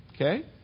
Okay